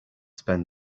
spend